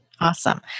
Awesome